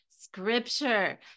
scripture